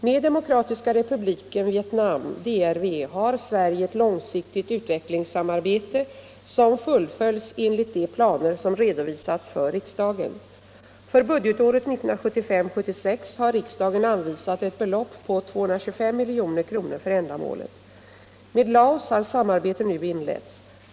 Med Demokratiska republiken Vietnam har Sverige ett långsiktigt utvecklingssamarbete som fullföljs enligt de planer som redovisats för riksdagen. För budgetåret 1975/76 har riksdagen anvisat ett belopp på 225 milj.kr. för ändamålet. Med Laos har samarbete nu inletts.